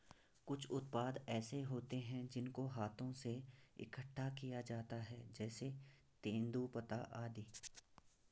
कुछ उत्पाद ऐसे होते हैं जिनको हाथों से इकट्ठा किया जाता है जैसे तेंदूपत्ता आदि